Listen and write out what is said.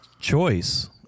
choice